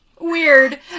weird